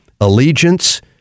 allegiance